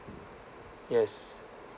yes